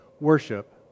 worship